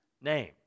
name